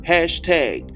Hashtag